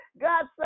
God